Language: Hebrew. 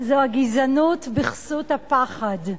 זו הגזענות בכסות הפחד.